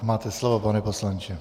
Máte slovo, pane poslanče.